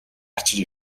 арчиж